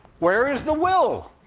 where is the will?